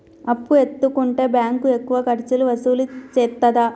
అప్పు ఎత్తుకుంటే బ్యాంకు ఎక్కువ ఖర్చులు వసూలు చేత్తదా?